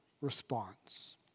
response